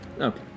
Okay